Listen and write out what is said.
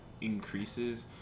increases